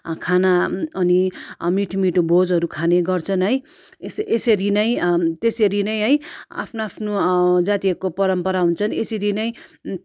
खाना अनि मिठो मिठो भोजहरू खाने गर्छन् है यस यसरी नै त्यसरी नै है आफ्नो आफ्नो जातिहरूको परम्परा हुन्छन् यसरी नै